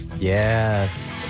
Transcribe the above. Yes